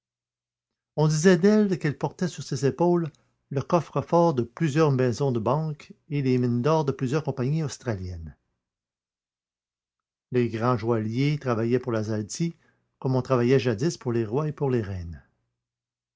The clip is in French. on disait d'elle qu'elle portait sur ses épaules le coffre-fort de plusieurs maisons de banque et les mines d'or de plusieurs compagnies australiennes les grands joailliers travaillaient pour la zalti comme on travaillait jadis pour les rois et pour les reines